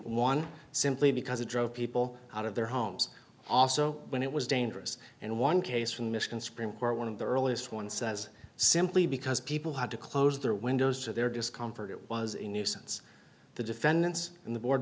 one simply because it drove people out of their homes also when it was dangerous and one case from michigan supreme court one of the earliest ones says simply because people had to close their windows to their discomfort it was a nuisance the defendants and the board